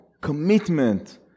commitment